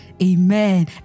Amen